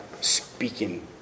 speaking